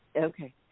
Okay